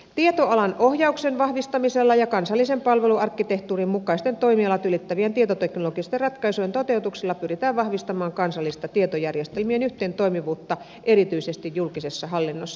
tietoalan ohjauksen vahvistamisella ja kansallisen palveluarkkitehtuurin mukaisten toimialat ylittävien tietoteknologisten ratkaisujen toteutuksella pyritään vahvistamaan kansallista tietojärjestelmien yhteentoimivuutta erityisesti julkisessa hallinnossa